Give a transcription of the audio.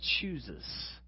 chooses